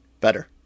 Better